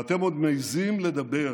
ואתם עוד מעיזים לדבר